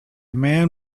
man